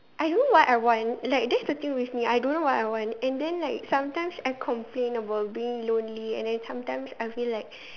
I don't know what I want like that's the thing with me I don't know what I want and then like sometimes I complain about being lonely and then sometimes I feel like